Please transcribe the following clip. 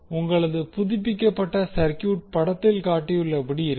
உங்களது புதுப்பிக்கப்பட்ட சர்கியூட் படத்தில் காட்டியுள்ளபடி இருக்கும்